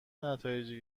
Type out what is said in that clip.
نتایجی